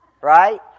Right